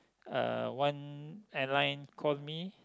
uh one airline call me